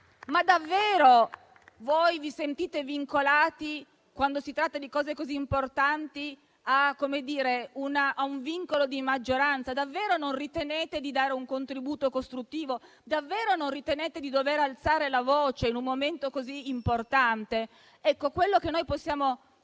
Ma davvero vi sentite legati, quando si tratta di cose così importanti, al vincolo di maggioranza? Davvero non ritenete di dare un contributo costruttivo? Davvero non ritenete di dover alzare la voce in un momento così importante? Noi possiamo